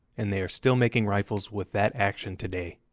and they are still making rifles with that action today.